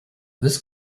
this